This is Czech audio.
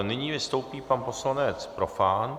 Nyní vystoupí pan poslanec Profant.